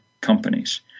companies